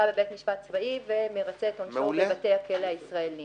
בבית משפט צבאי ומרצה את עונשו בבתי הכלא הישראליים